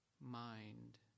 mind